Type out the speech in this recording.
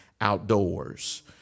outdoors